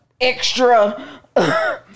extra